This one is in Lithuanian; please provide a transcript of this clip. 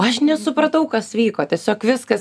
aš nesupratau kas vyko tiesiog viskas